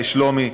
לשלומי,